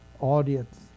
audience